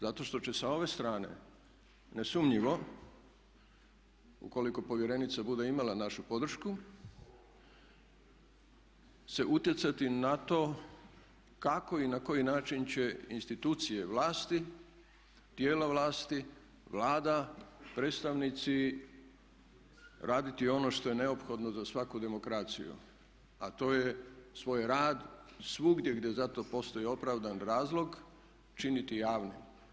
Zato što će sa ove strane nesumnjivo, ukoliko povjerenica bude imala našu podršku se utjecati na to kako i na koji način će institucije vlasti, tijela vlasti, Vlada, predstavnici raditi ono što je neophodno za svaku demokraciju a to je svoj rad svugdje gdje za to postoji opravdan razlog činiti javnim.